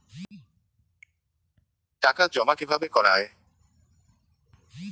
টাকা জমা কিভাবে করা য়ায়?